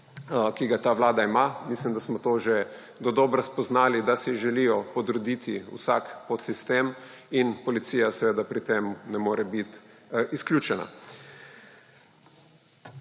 ki ga ta vlada ima. Mislim, da smo to že dodobra spoznali, da si želijo podrediti vsak podsistem. In policija seveda pri tem ne more biti izključena.